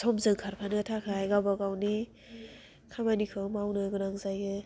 समजों खारफानो थाखाय गावबा गावनि खामानिखौ मावनो गोनां जायो